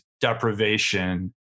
deprivation